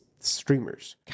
streamers